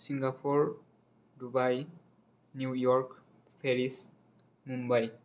Singapore Dubai New York Paris Mumbai